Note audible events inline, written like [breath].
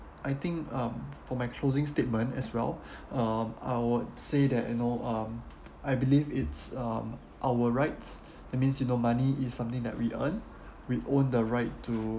I think um for my closing statement as well [breath] um I would say that you know um I believe it's um our rights [breath] that means you know money is something that we earn we own the right to